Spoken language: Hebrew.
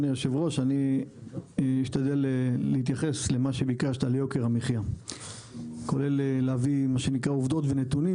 אני אתייחס ליוקר המחייה כולל הבאת עובדות ונתונים,